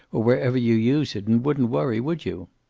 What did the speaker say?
or wherever you use it, and wouldn't worry, would you?